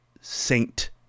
saint